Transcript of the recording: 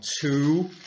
two